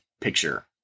picture